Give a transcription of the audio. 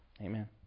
Amen